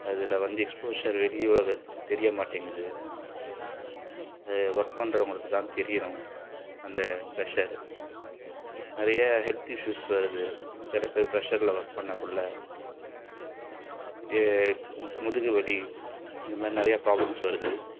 அதில் வந்து எக்ஸ்போஷர் வெளி உலகத்துக்கு தெரிய மாட்டேங்கிறது அது ஒர்க் பண்ணறவங்களுக்கு தான் தெரியும் அந்த ப்ரஷர் நிறைய ஹெல்த் இஷ்ஷூஸ் வருது சில பேர் ப்ரெஷரில் ஒர்க் பண்ணக்குள்ளே மு முதுகு வலி இதுமாதிரி நிறைய ப்ராப்ளம்ஸ் வருது